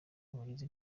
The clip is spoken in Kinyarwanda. abagize